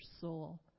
soul